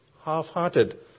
half-hearted